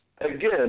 Again